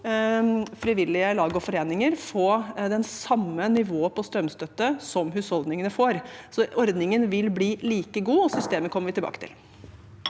frivillige lag og foreninger få det samme nivået på strømstøtte som husholdningene får. Ordningen vil bli like god, og systemet kommer vi tilbake til.